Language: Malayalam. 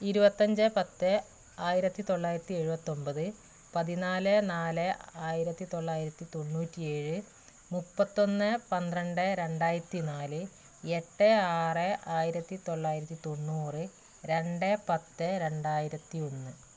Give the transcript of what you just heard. ഇരുപത്തഞ്ച് പത്ത് ആയിരത്തിതൊള്ളായിരത്തി എഴുപത്തൊൻപത് പതിനാല് നാല് ആയിരത്തിത്തൊള്ളായിരത്തി തൊണൂറ്റി ഏഴ് മുപ്പത്തൊന്ന് പന്ത്രണ്ട് രണ്ടായിരത്തി നാല് എട്ട് ആറ് ആയിരത്തിത്തൊള്ളയിരത്തി തൊണ്ണൂറ് രണ്ട് പത്ത് രണ്ടായിരത്തി ഒന്ന്